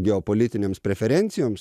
geopolitinėms preferencijoms